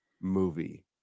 movie